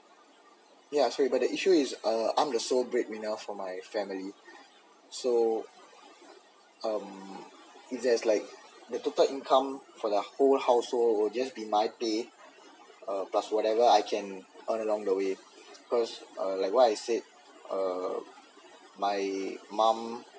yeah sorry but the issue is uh I'm the sole breadwinner for my family so um is there like the total income for the whole household or just be my pay plus whatever I can earn along the way because like what I said err my mom